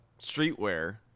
streetwear